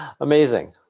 Amazing